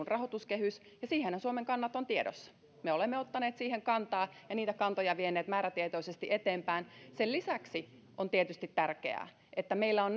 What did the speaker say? rahoituskehys ja siihenhän suomen kannat ovat tiedossa me olemme ottaneet siihen kantaa ja niitä kantoja vieneet määrätietoisesti eteenpäin sen lisäksi on tietysti tärkeää että meillä on